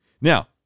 Now